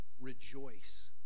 rejoice